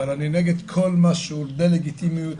אבל אני נגד כל מה שהוא דה לגיטימיות,